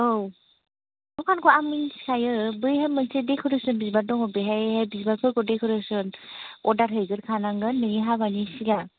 औ दखानखौ आं मिन्थिखायो बैहाय मोनसे देकरेसोन बिबार दङ बेहाय बिबारफोरखौ देकरेसोन अरदार हैग्रोखनांगोन नोंनि हाबानि सिगां